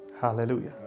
Hallelujah